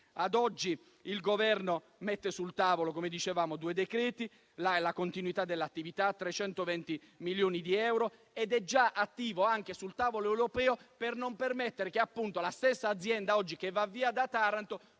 Ad oggi, il Governo mette sul tavolo, come dicevamo, due decreti-legge, la continuità dell'attività, 320 milioni di euro, ed è già attivo anche sul tavolo europeo per non permettere che la stessa azienda che oggi va via da Taranto,